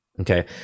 Okay